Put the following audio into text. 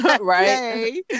right